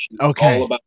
Okay